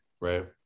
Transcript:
right